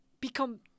Become